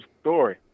story